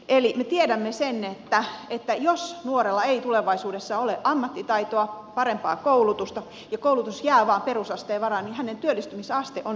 eli me tiedämme sen että jos nuorella ei tulevaisuudessa ole ammattitaitoa parempaa koulutusta ja koulutus jää vain perusasteen varaan niin hänen työllistymisasteensa on sangen matala